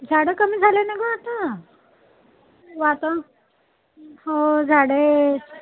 झाडं कमी झालं ना ग आता वातावरण हो झाडं आहेत